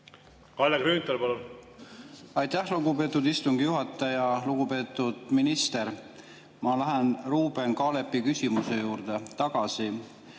Kalle Grünthal, palun! Aitäh, lugupeetud istungi juhataja! Lugupeetud minister! Ma lähen Ruuben Kaalepi küsimuse juurde tagasi.